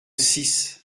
six